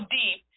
deep